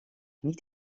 niet